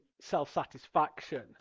self-satisfaction